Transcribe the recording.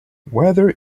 weather